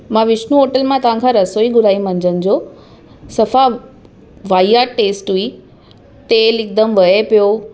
मां विष्नु होटल मां तव्हांखां रसोई घुराई मंझंदि जो सफ़ा वाहियात टेस्ट हुई तेलु हिकदमि वहे पियो